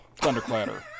Thunderclatter